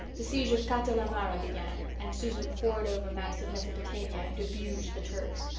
the siege of kut-el-amara began and susan pored over maps of mesopotamia and abused the turks.